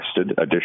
additional